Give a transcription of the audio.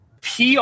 PR